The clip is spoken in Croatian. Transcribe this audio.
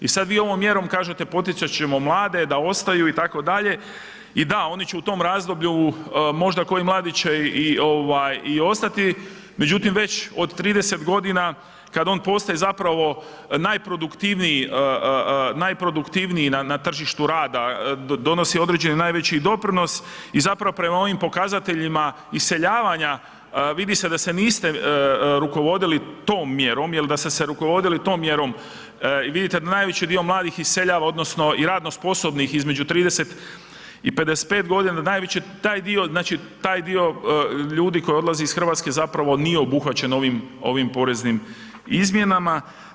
I sad vi ovom mjerom kažete, poticat ćemo mlade da ostaju, itd. i da, oni će u tom razdoblju, možda koji mladi će i ostati, međutim, već od 30 godina kad on postaje zapravo najproduktivniji na tržištu rada, donosi određeni i najveći i doprinos i zapravo prema ovim pokazateljima iseljavanja vidi se da se niste rukovodili tom mjerom jer da ste se rukovodili tom mjerom i vidite da najveći dio mladih iseljava odnosno i radno sposobnih između 30 i 55 godina, najveći taj dio, znači taj dio ljudi koji odlazi iz Hrvatske zapravo nije obuhvaćen ovim poreznim izmjenama.